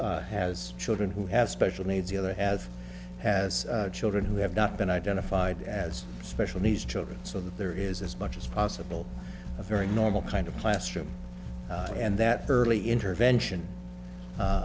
has children who have special needs either as has children who have not been identified as special needs children so that there is as much as possible a very normal kind of classroom and that early intervention